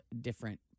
different